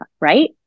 right